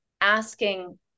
asking